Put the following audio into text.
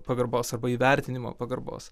pagarbos arba įvertinimo pagarbos